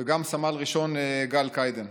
וגם סמל ראשון גל קיידאן.